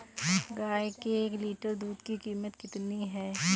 गाय के एक लीटर दूध की कीमत कितनी है?